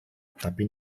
tapi